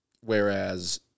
Whereas